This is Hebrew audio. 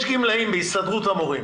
יש גמלאים בהסתדרות המורים